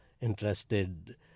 interested